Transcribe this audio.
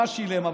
מה שילם.